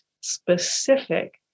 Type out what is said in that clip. specific